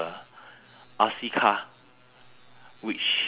they bought it for me I was very very surprised that it was the